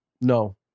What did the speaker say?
No